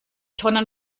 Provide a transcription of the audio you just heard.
tonnen